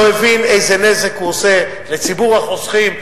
הבין איזה נזק הוא עושה לציבור החוסכים.